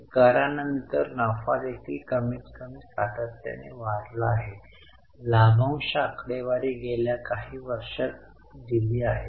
आणि करा नंतर नफा देखील कमीतकमी सातत्याने वाढला आहे लाभांश आकडेवारी गेल्या काही वर्षांत दिली आहे